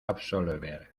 absolver